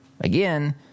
Again